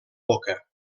boca